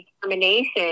determination